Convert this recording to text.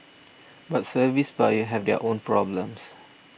but service buyers have their own problems